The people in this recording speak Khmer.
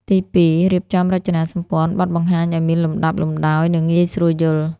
ទីពីរ រៀបចំរចនាសម្ព័ន្ធបទបង្ហាញឱ្យមានលំដាប់លំដោយ និងងាយស្រួលយល់។